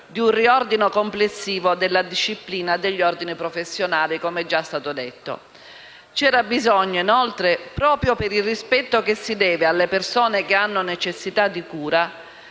di un riordino complessivo della disciplina degli ordini professionali. C'era bisogno inoltre, proprio per il rispetto che si deve alle persone che hanno necessità di cure,